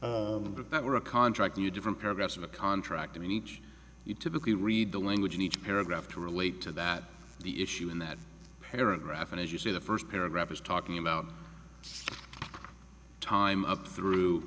if that were a contract you different paragraphs in a contract in each you typically read the language in each paragraph to relate to that the issue in that paragraph and as you say the first paragraph is talking about time up through